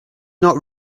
not